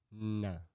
No